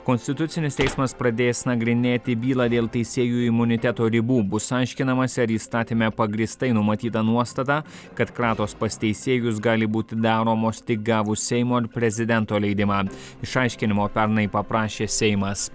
konstitucinis teismas pradės nagrinėti bylą dėl teisėjų imuniteto ribų bus aiškinamasi ar įstatyme pagrįstai numatyta nuostata kad kratos pas teisėjus gali būti daromos tik gavus seimo ir prezidento leidimą išaiškinimo pernai paprašė seimas